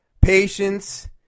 patience